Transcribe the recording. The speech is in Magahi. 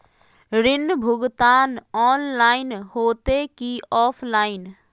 ऋण भुगतान ऑनलाइन होते की ऑफलाइन?